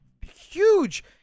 huge